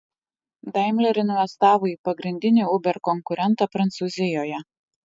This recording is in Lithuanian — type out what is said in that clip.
daimler investavo į pagrindinį uber konkurentą prancūzijoje